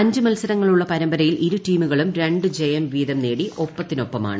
അഞ്ച് മത്സരങ്ങളുള്ള പരമ്പരയിൽ ഇരു ടീമുകളും രണ്ടു ജയം വീതം നേടി ഒപ്പത്തിനൊപ്പമാണ്